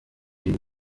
dem